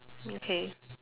okay